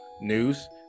news